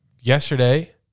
yesterday